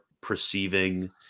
perceiving